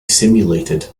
simulated